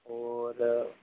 और